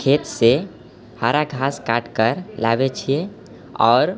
खेतसँ हरा घास काटिके लाबै छिए आओर